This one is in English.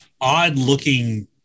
odd-looking